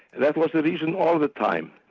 that was the reason all the time.